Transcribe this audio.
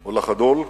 או לחדול"